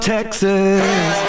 Texas